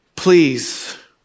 Please